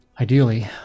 Ideally